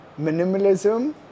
Minimalism